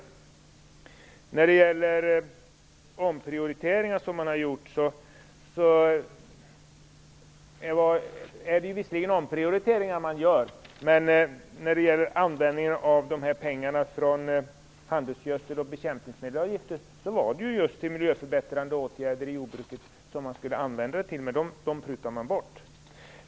Visserligen är det omprioriteringar som man gör, men de pengar som man får in via handelsgödsel och bekämpningsmedelsavgifter skulle just användas till miljöförbättrande åtgärder i jordbruket. Dem vill man nu ta bort.